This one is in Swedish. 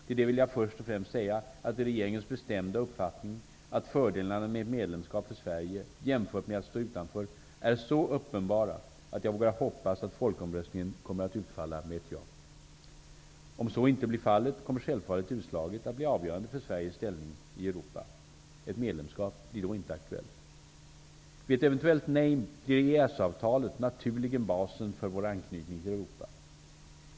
Till det vill jag först och främst säga att det är regeringens bestämda uppfattning att fördelarna med ett medlemskap för Sverige jämfört med att stå utanför är så uppenbara, att jag vågar hoppas att folkomröstningen kommer att utfalla med ett ja. Om så inte blir fallet, kommer självfallet utslaget att bli avgörande för Sveriges ställning i Europa. Ett medlemskap blir då inte aktuellt. Vid ett eventuellt nej blir EES-avtalet naturligen basen för vår anknytning till Europa.